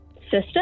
Sister